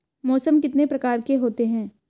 मौसम कितने प्रकार के होते हैं?